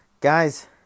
Guys